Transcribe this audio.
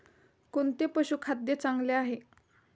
कोणते पशुखाद्य चांगले आहे?